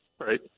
Right